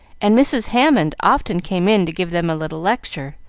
and mrs. hammond often came in to give them a little lecture,